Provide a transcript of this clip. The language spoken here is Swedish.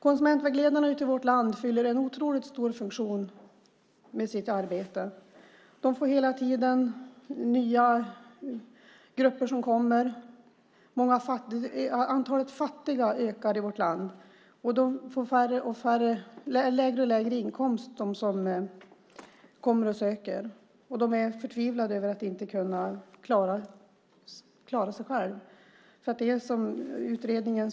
Konsumentvägledarna i vårt land fyller en otroligt stor funktion med sitt arbete. Det är hela tiden nya grupper som kommer till dem. Antalet fattiga ökar i vårt land, och de som kommer har allt lägre inkomster. De är förtvivlade över att inte klara sig själva.